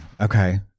Okay